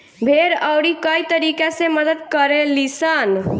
भेड़ अउरी कई तरीका से मदद करे लीसन